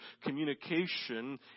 communication